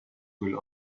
will